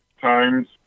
times